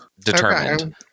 Determined